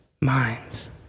minds